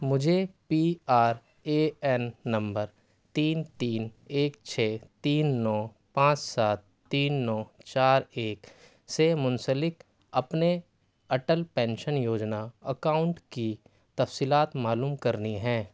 مجھے P R A N نمبر تین تین ایک چھ تین نو پانچ سات تین نو چار ایک سے منسلک اپنے اٹل پینشن یوجنا اکاؤنٹ کی تفصیلات معلوم کرنی ہیں